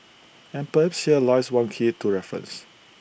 and perhaps here lies one key to reference